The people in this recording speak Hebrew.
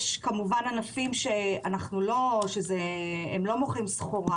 יש כמובן ענפים שהם לא מוכרים סחורה